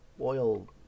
oil